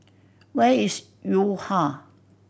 where is Yo Ha